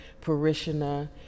parishioner